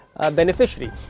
beneficiary